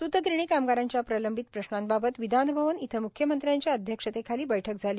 स्तगिरणी कामगारांच्या प्रलंबित प्रश्नांबाबत विधान भवन इथं म्ख्यमंत्र्यांच्या अध्यक्षतेखाली बैठक झाली